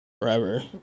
forever